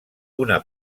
una